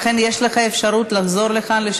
לכן יש לך אפשרות לחזור לכאן.